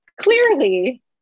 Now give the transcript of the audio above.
clearly